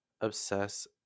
obsess